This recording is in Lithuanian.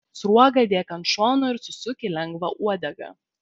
sruogą dėk ant šono ir susuk į lengvą uodegą